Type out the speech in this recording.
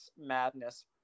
madness